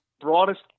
broadest